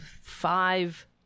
five